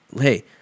hey